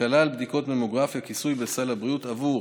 שכללה בדיקות ממוגרפיה, כיסוי בסל הבריאות עבור